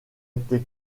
été